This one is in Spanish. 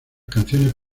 canciones